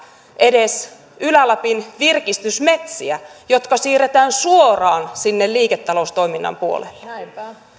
edes ylä lapin virkistysmetsiä jotka siirretään suoraan sinne liiketaloustoiminnan puolelle